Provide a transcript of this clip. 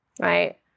right